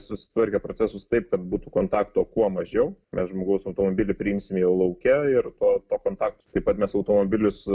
susitvarkė procesus taip kad būtų kontakto kuo mažiau nes žmogaus automobilį priimsime jau lauke ir to to kontakto taip pat mes automobilius